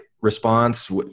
response